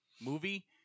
movie